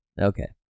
Okay